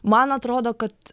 man atrodo kad